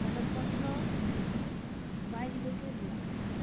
কাগজপত্র বাইরে বের করেছিলাম